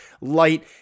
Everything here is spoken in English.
light